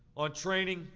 on training,